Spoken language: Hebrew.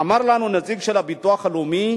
אמר לנו נציג של הביטוח הלאומי: